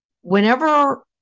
whenever